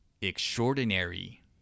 extraordinary